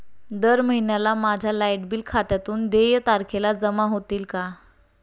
दर महिन्याला माझ्या लाइट बिल खात्यातून देय तारखेला जमा होतील का?